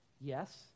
Yes